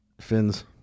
fins